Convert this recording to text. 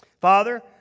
Father